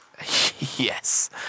yes